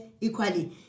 equally